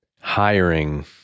hiring